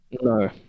No